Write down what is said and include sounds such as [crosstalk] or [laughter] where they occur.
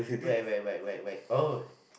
wait wait wait wait wait oh [noise]